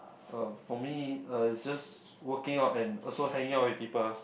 uh for me uh it's just working out and also hanging out with people ah